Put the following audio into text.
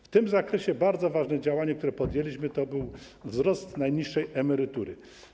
W tym zakresie bardzo ważne działanie, które podjęliśmy, dotyczyło wzrostu najniższej emerytury.